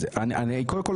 קודם כול,